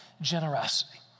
generosity